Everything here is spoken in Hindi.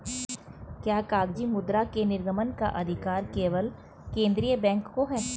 क्या कागजी मुद्रा के निर्गमन का अधिकार केवल केंद्रीय बैंक को है?